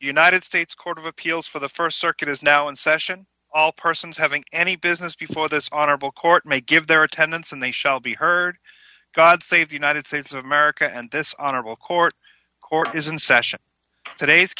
united states court of appeals for the st circuit is now in session all persons having any business before this honorable court may give their attendance and they shall be heard god save the united states of america and this honorable court court is